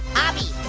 obby,